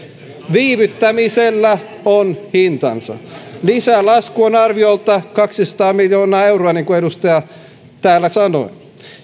viivyttämisellä on hintansa lisälasku on arviolta kaksisataa miljoonaa euroa niin kuin edustaja täällä sanoi